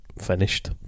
finished